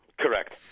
Correct